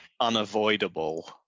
unavoidable